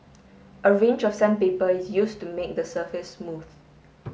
a range of sandpaper is used to make the surface smooth